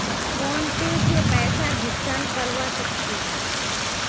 PhonePe से पैसार भुगतान करवा सकछी